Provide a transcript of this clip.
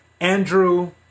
Andrew